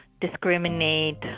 discriminate